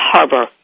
Harbor